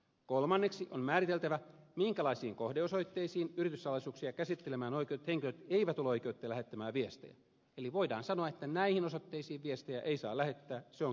kolmanneksi on määriteltävä minkälaisiin kohdeosoitteisiin yrityssalaisuuksia käsittelemään oikeutetut henkilöt eivät ole oikeutettuja lähettämään viestejä eli voidaan sanoa että näihin osoitteisiin viestejä ei saa lähettää se on kiellettyä